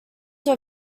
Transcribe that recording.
were